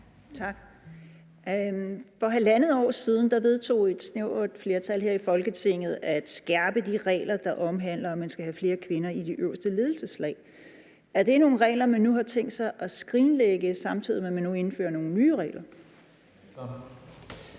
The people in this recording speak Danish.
Tak. For halvandet år siden vedtog et snævert flertal her i Folketinget at skærpe de regler, der omhandler, at man skal have flere kvinder i de øverste ledelseslag. Er det nogle regler, man nu har tænkt sig at skrinlægge, samtidig med at man nu indfører nogle nye regler? Kl.